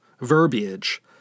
verbiage